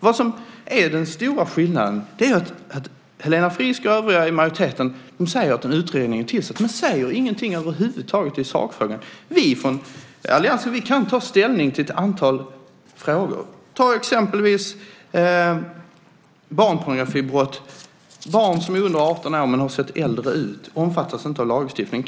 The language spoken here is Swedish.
Vad som är den stora skillnaden är att Helena Frisk och övriga i majoriteten säger att en utredning är tillsatt men inte säger någonting över huvud taget i sakfrågan. Vi från alliansen kan ta ställning till ett antal frågor. Ta exempelvis barnpornografibrott. Barn som är under 18 år men har sett äldre ut omfattas inte av lagstiftningen.